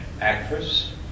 actress